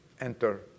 Enter